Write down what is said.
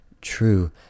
true